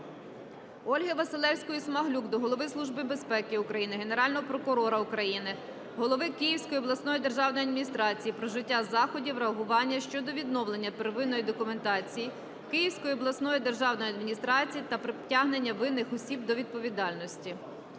Ольги Василевської-Смаглюк до Голови Служби безпеки України, Генерального прокурора України, голови Київської обласної державної адміністрації про вжиття заходів реагування щодо відновлення первинної документації Київської обласної державної адміністрації та притягнення винних осіб до відповідальності.